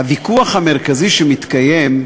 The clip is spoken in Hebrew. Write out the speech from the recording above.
הוויכוח המרכזי שמתקיים,